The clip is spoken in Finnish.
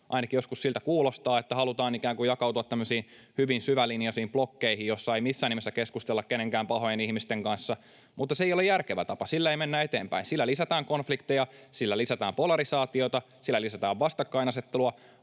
Ainakin joskus siltä kuulostaa, että halutaan ikään kuin jakautua tämmöisiin hyvin syvälinjaisiin blokkeihin, joissa ei missään nimessä keskustella kenenkään pahojen ihmisten kanssa, mutta se ei ole järkevä tapa, sillä ei mennä eteenpäin. Sillä lisätään konflikteja, sillä lisätään polarisaatiota, sillä lisätään vastakkainasettelua.